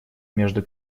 между